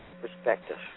perspective